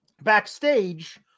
backstage